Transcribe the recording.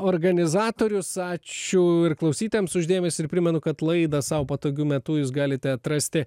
organizatorius ačiū ir klausytojams už dėmesį ir primenu kad laidą sau patogiu metu jūs galite atrasti